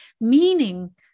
Meaning